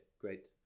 great